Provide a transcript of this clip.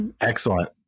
Excellent